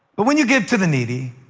but when you give to the needy,